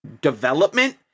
development